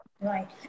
Right